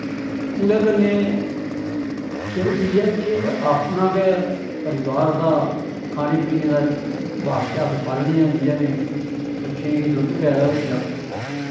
उदे कन्ने सिर्फ इयै के अपना गै परिवार दा खाने पीने दा बास्तै अस पालने आं जिदे ने बच्चें गी दुध वगैरा होई जा